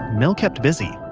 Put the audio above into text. mel kept busy.